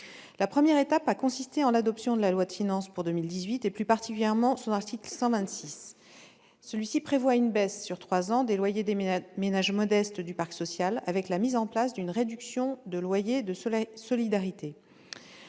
La première étape a consisté en l'adoption de la loi de finances pour 2018, et plus particulièrement de son article 126. Il prévoit une baisse, sur trois ans, des loyers des ménages modestes du parc social, grâce à la mise en place d'une réduction de loyer de solidarité.